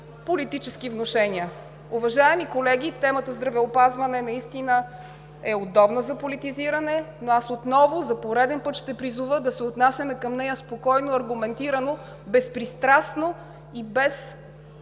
политически внушения. Уважаеми колеги, темата „здравеопазване“ наистина е удобна за политизиране, но аз отново, за пореден път ще призова да се отнасяме към нея спокойно, аргументирано, безпристрастно и без